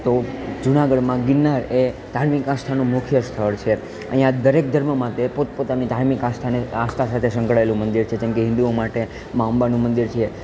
તો જુનાગઢમાં ગિરનાર એ ધાર્મિક આસ્થાનું મુખ્ય સ્થળ છે અહિંયા દરેક ધર્મમાં તે પોતપોતાની ધાર્મિક આસ્થાને આસ્થા સાથે સંકળાયેલું મંદિર છે જેમ કે હિન્દુઓ માટે માં અંબાનું મંદિર છે